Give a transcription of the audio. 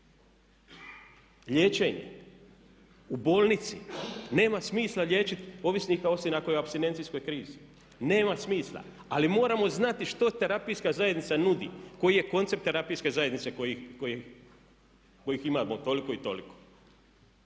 Liječenje u bolnici, nema smisla liječiti ovisnika osim ako je u apstinencijskoj krizi, nema smisla. Ali moramo znati što terapijska zajednica nudi, koji je koncept terapijske zajednice kojih imamo toliko i toliko.